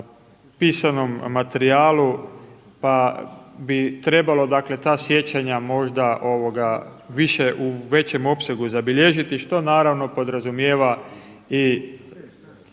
pisanom materijalu pa bi trebalo ta sjećanja možda više u većem opsegu zabilježiti, što naravno podrazumijeva puno